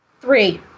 Three